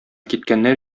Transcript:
киткәннәр